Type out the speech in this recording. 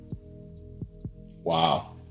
Wow